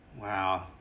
Wow